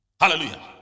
Hallelujah